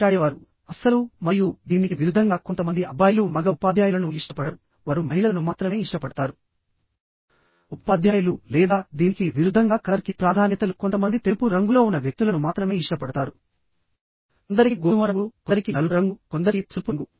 మాట్లాడేవారు అస్సలు మరియు దీనికి విరుద్ధంగా కొంతమంది అబ్బాయిలు మగ ఉపాధ్యాయులను ఇష్టపడరు వారు మహిళలను మాత్రమే ఇష్టపడతారు ఉపాధ్యాయులు లేదా దీనికి విరుద్ధంగా కలర్ కి ప్రాధాన్యతలు కొంతమంది తెలుపు రంగులో ఉన్న వ్యక్తులను మాత్రమే ఇష్టపడతారు కొందరికి గోధుమ రంగు కొందరికి నలుపు రంగు కొందరికి పసుపు రంగు